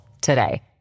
today